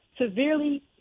severely